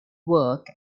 work